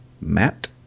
Matt